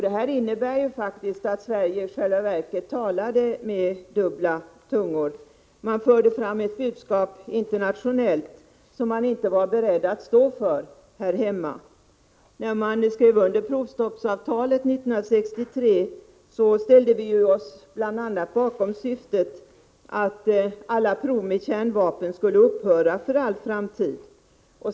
Det här innebär att Sverige i själva verket talade med dubbla tungor. Man förde internationellt fram ett budskap som man inte var beredd att stå för här hemma. När man skrev under provstoppsavtalet 1963 ställde sig vårt land bl.a. bakom syftet att alla prov med kärnvapen skulle upphöra för all framtid.